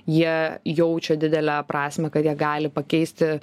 jie jaučia didelę prasmę kad jie gali pakeisti